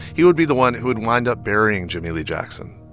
he would be the one who would wind up burying jimmie lee jackson.